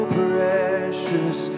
precious